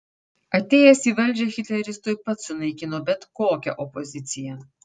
atėjęs į valdžią hitleris tuoj pat sunaikino bet kokią opoziciją